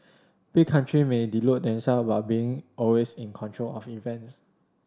big country may delude themselves about being always in control of events